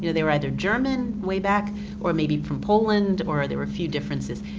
you know they were either german way back or maybe from poland, or there were a few differences,